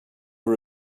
are